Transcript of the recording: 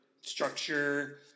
structure